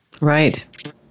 Right